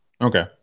Okay